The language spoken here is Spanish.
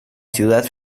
ciudad